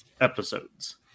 episodes